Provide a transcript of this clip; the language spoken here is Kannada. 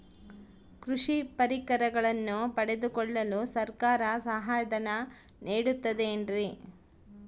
ಕೃಷಿ ಪರಿಕರಗಳನ್ನು ಪಡೆದುಕೊಳ್ಳಲು ಸರ್ಕಾರ ಸಹಾಯಧನ ನೇಡುತ್ತದೆ ಏನ್ರಿ?